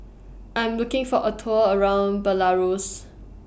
I Am looking For A Tour around Belarus